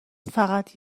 فقط